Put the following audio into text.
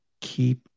keep